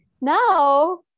now